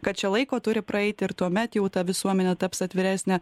kad čia laiko turi praeiti ir tuomet jau ta visuomenė taps atviresnė